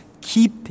Keep